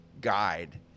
guide